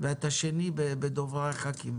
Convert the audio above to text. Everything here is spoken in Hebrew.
אחרי 14 יום,